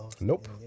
Nope